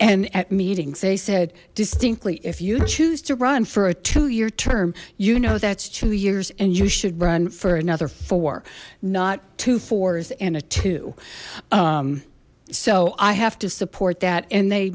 and at meetings they said distinctly if you choose to run for a two year term you know that's two years and you should run for another four not two fours and a two so i have to support that and they